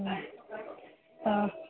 ହଁ